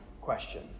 question